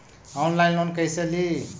Online loan कैसे ली?